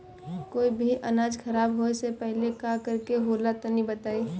कोई भी अनाज खराब होए से पहले का करेके होला तनी बताई?